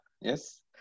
Yes